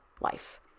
life